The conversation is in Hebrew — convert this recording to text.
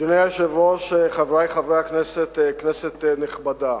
אדוני היושב-ראש, חברי חברי הכנסת, כנסת נכבדה,